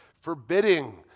forbidding